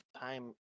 time